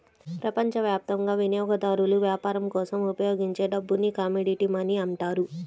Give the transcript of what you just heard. ప్రపంచవ్యాప్తంగా వినియోగదారులు వ్యాపారం కోసం ఉపయోగించే డబ్బుని కమోడిటీ మనీ అంటారు